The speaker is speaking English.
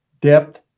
depth